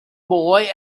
boy